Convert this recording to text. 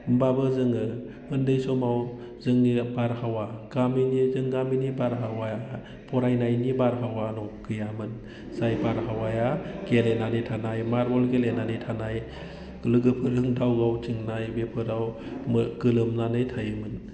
होनबाबो जोङो उन्दै समाव जोंनिनो बारहावा गामिनि जों गामिनि बारहावाया फरायनायनि बारहावा गैयामोन जाय बारहावाया गेलेनानै थानाय मार्बल गेलेनानै थानाय लोगोफोरजों दाउ गावथिंनाय बेफोराव लोमनानै थायोमोन